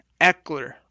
Eckler